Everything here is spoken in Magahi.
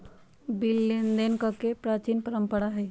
बिल लेनदेन कके प्राचीन परंपरा हइ